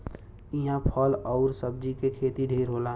इहां फल आउर सब्जी के खेती ढेर होला